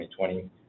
2020